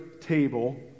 table